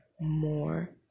more